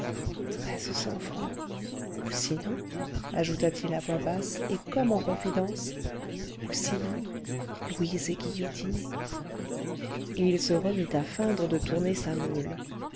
treize cents francs ou sinon ajouta-t-il à voix basse et comme en confidence ou sinon louise est guillotinée et il se remit à feindre de tourner sa meule